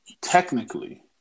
technically